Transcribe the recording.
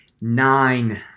Nine